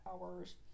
hours